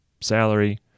salary